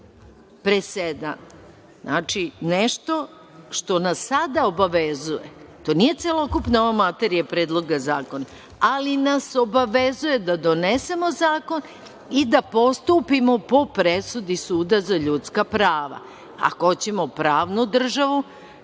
Znači, nešto što nas sada obavezuje, to nije celokupna ova materija Predloga zakona, ali nas obavezuje da donesemo zakon i da postupimo po presudi Suda za ljudska prava. Ako hoćemo pravnu državu,